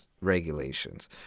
regulations